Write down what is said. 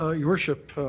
ah your worship,